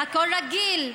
הכול רגיל,